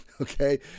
okay